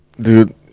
Dude